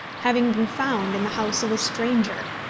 having been found in the house of a stranger,